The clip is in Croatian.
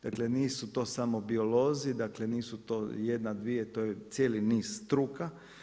Dakle nisu to samo biolozi, dakle nisu to jedna, dvije, to je cijeli niz struka.